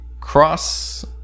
cross